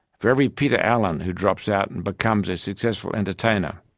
for every peter allen who drops out and becomes a successful entertainer,